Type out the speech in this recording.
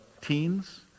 teens